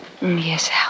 Yes